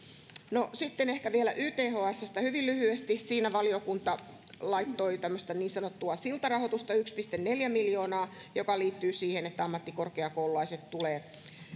ehkä vielä ythsstä hyvin lyhyesti siinä valiokunta laittoi tämmöistä niin sanottua siltarahoitusta yksi pilkku neljä miljoonaa joka liittyy siihen että ammattikorkeakoululaiset tulevat